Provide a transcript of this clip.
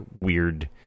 weird